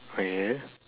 okay